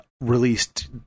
released